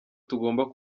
tugomba